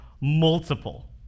multiple